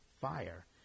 fire